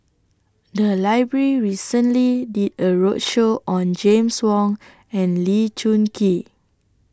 The Library recently did A roadshow on James Wong and Lee Choon Kee